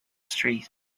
street